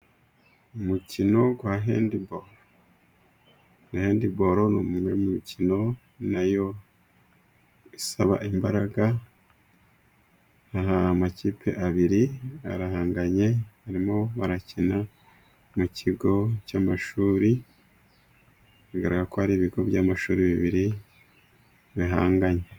Umukino wa hendibolo, hendibolo ni umwe mu mikino nayo isaba imbaraga, aha hari amakipe abiri arahanganye barimo barakina mu kigo cy'amashuri, bigaragarako ari ibigo by'amashuri bibiri bihanganye.